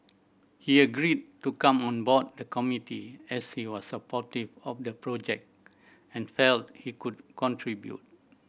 he agreed to come on board the committee as he was supportive of the project and felt he could contribute